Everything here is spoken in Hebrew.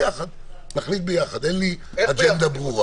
נחליט ביחד, אין לי אג'נדה ברורה.